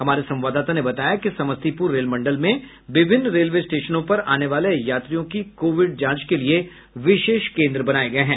हमारे संवाददाता ने बताया कि समस्तीपुर रेल मंडल में विभिन्न रेलवे स्टेशनों पर आने वाले यात्रियों की कोविड जांच के लिये विशेष केन्द्र बनाये गये हैं